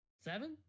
Seven